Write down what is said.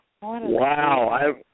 Wow